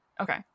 Okay